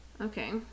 Okay